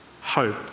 hope